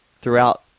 throughout